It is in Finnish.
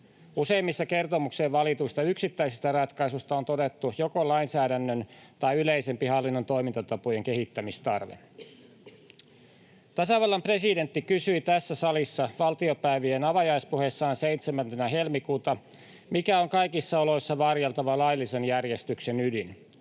Useimmissa kertomukseen valituista yksittäisistä ratkaisuista on todettu joko lainsäädännön tai yleisempi hallinnon toimintatapojen kehittämistarve. Tasavallan presidentti kysyi tässä salissa valtiopäivien avajaispuheessaan 7. helmikuuta, mikä on kaikissa oloissa varjeltava laillisen järjestyksen ydin.